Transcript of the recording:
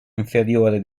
inferiore